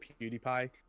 PewDiePie